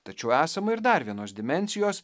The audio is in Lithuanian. tačiau esama ir dar vienos dimensijos